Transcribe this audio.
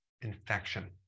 infection